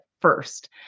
first